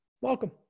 welcome